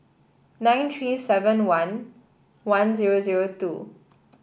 nine three seven one one zero zero two